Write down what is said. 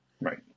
Right